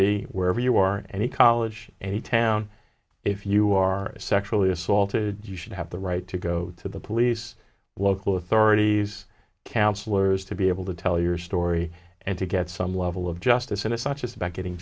be wherever you are in any college town if you are sexually assaulted you should have the right to go to the police local authorities counselors to be able to tell your story and to get some level of justice and it's not just about getting